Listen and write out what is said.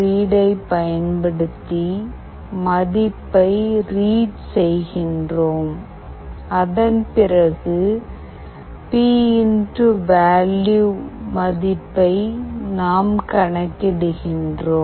read ஐ பயன்படுத்தி மதிப்பைப் ரீட் செய்கின்றோம் அதன் பிறகு பிவெல் p val மதிப்பை நாம் கணக்கிடுகிறோம்